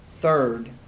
Third